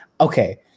okay